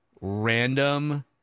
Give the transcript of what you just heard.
random